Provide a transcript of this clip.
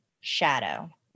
shadow